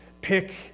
pick